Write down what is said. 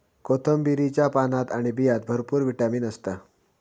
कोथिंबीरीच्या पानात आणि बियांत भरपूर विटामीन असता